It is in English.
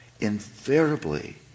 Invariably